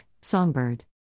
Songbird